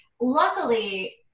luckily